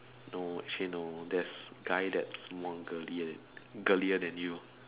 no actually no there's guy that's more girly girly than you